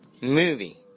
movie